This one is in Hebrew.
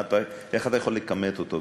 איך אתה יכול לכמת אותו?